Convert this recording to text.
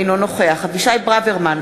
אינו נוכח אבישי ברוורמן,